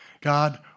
God